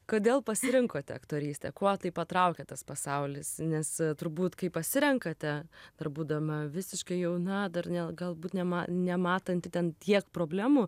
kodėl pasirinkote aktorystę kuo tai patraukė tas pasaulis nes turbūt kai pasirenkate dar būdama visiškai jauna dar ne galbūt nema nematanti ten tiek problemų